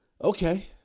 Okay